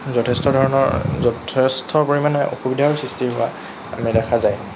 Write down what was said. যথেষ্ট ধৰণৰ যথেষ্ট পৰিমাণে অসুবিধাৰ সৃষ্টি কৰা আমাৰ দেখা যায়